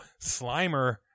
Slimer